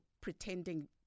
pretending